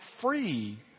free